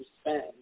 spend